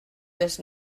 les